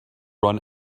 run